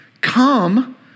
come